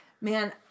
Man